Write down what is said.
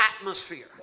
atmosphere